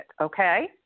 okay